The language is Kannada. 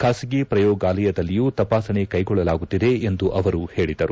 ಖಾಸಗಿ ಶ್ರಯೋಗಾಲಯದಲ್ಲಿಯೂ ತಪಾಸಣೆ ಕ್ಟೆಗೊಳ್ಟಲಾಗುತ್ತಿದೆ ಎಂದು ಅವರು ಹೇಳಿದರು